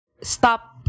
stop